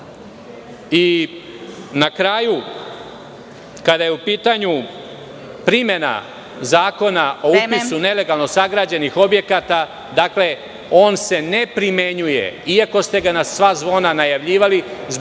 kraju, kada je u pitanju primena Zakona o upisu nelegalno sagrađenih objekata, dakle, on se ne primenjuje iako ste ga na sva zvona najavljivali, zbog